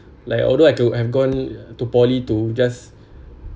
like although I could have gone to poly to just